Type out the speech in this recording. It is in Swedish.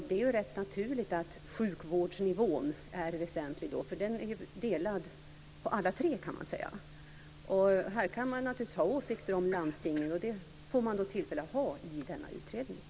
Det är rätt naturligt att sjukvårdens nivå då är väsentlig. Man kan säga att den är delad på alla tre. Här kan man naturligtvis ha åsikter om landstingen, och det får man tillfälle att ha i den här utredningen.